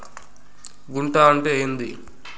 గుంట అంటే ఏంది?